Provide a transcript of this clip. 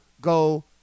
go